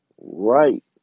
right